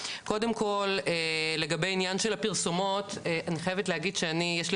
קודם כל לגבי עניין של הפרסומות אני חייבת להגיד שאני יש לי